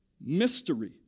mystery